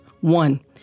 One